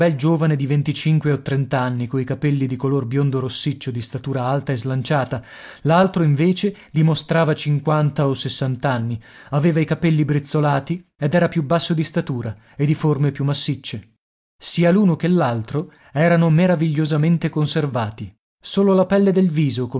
giovane di venticinque o trent'anni coi capelli di color biondo rossiccio di statura alta e slanciata l'altro invece dimostrava cinquanta o sessant'anni aveva i capelli brizzolati ed era più basso di statura e di forme più massicce sia l'uno che l'altro erano meravigliosamente conservati solo la pelle del viso